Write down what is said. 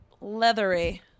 leathery